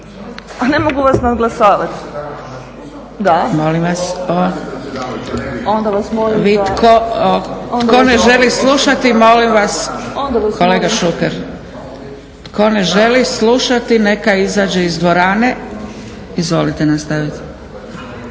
ne mogu vas nadglasavat.